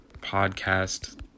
podcast